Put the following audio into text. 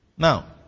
Now